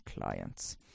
clients